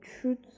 truth